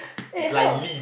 eh how